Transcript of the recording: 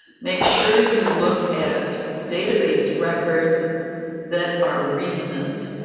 make sure you look at data base records that are recent,